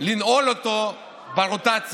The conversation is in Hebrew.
לנעול אותו ברוטציה,